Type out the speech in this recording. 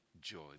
joy